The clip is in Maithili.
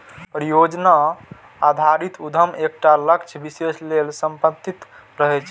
परियोजना आधारित उद्यम एकटा लक्ष्य विशेष लेल समर्पित रहै छै